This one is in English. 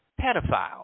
pedophile